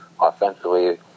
Offensively